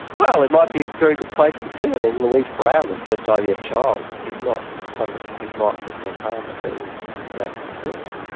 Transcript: well it might be a very good place to be. i mean louise brown, the first ivf child, is not somebody whose life has been harmed by being that person.